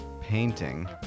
painting